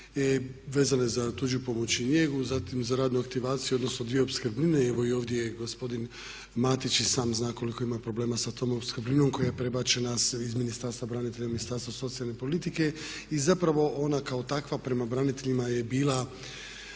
vezane za tuđu pomoć i njegu, zatim za radnu aktivaciju odnosno dvije opskrbnine. Evo ovdje je i gospodin Matić i sam zna koliko ima problema sa tom opskrbninom koja je prebačena iz Ministarstva branitelja u Ministarstvo socijalne politike i zapravo ona kao takva prema braniteljima je bila